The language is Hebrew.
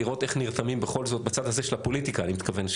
לראות איך נרתמים בכל זאת בצד הזה של הפוליטיקה אני מתכוון.